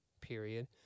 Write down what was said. period